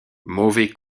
mauvais